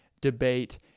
debate